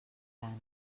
gran